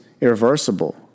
irreversible